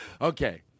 Okay